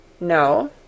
No